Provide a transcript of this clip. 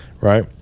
Right